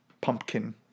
Pumpkin